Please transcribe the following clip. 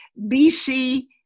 BC